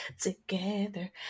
together